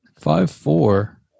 Five-four